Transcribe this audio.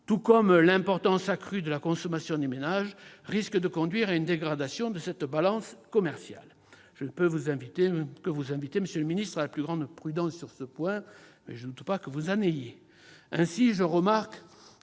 tout comme l'importance accrue de la consommation des ménages, risque de conduire à une dégradation de cette balance commerciale. Monsieur le ministre, je ne peux que vous inviter à la plus grande prudence sur ce point ; je ne doute pas que vous en fassiez